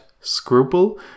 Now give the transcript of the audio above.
scruple